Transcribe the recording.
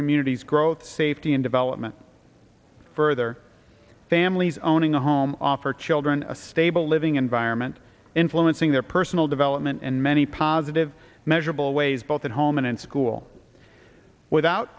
communities growth safety and development further families owning a home offer children a stable living environment influencing their personal development and many positive measurable ways both at home and in school without